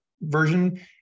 version